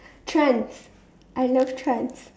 trends I love trends